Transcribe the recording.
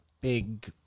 big